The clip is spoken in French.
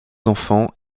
enfants